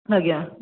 ଆଜ୍ଞା